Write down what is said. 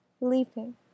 leaping